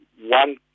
one